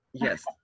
yes